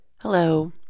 Hello